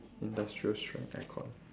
industrial strength aircon